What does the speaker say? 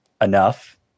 enough